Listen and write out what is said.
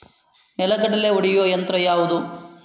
ನೆಲಗಡಲೆ ಒಡೆಯುವ ಯಂತ್ರ ಯಾವುದು?